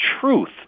truth